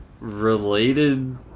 related